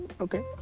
Okay